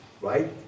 right